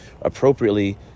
appropriately